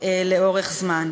לאורך זמן.